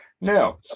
Now